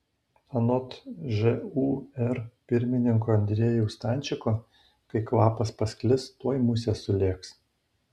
anot žūr pirmininko andriejaus stančiko kai kvapas pasklis tuoj musės sulėks